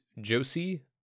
Josie